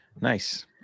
Nice